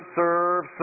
serve